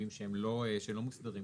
גופים שלא מוסדרים,